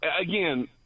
again